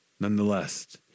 Nonetheless